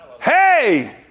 Hey